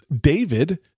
David